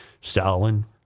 Stalin